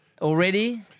already